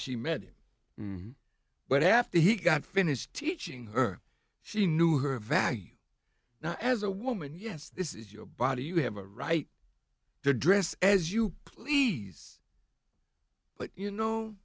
she met him but after he got finished teaching her she knew her value as a woman yes this is your body you have a right to dress as you please but you know